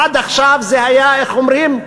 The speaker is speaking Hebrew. עד עכשיו זה היה, איך אומרים,